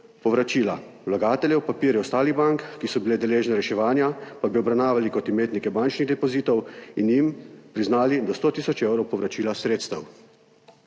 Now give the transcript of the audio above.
povračila vlagateljev, papirje ostalih bank, ki so bile deležne reševanja, pa bi obravnavali kot imetnike bančnih depozitov in jim priznali do sto tisoč evrov povračila sredstev.